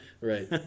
right